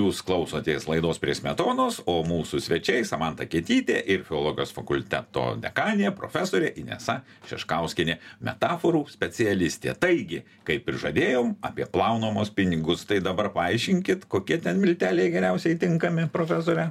jūs klausotės laidos prie smetonos o mūsų svečiai samanta kietytė ir filologijos fakulteto dekanė profesorė inesa šeškauskienė metaforų specialistė taigi kaip ir žadėjau apie plaunamus pinigus tai dabar paaiškinkit kokie ten milteliai geriausiai tinkami profesore